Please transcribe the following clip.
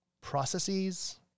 processes